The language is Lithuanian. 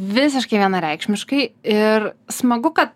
visiškai vienareikšmiškai ir smagu kad